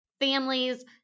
families